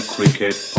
Cricket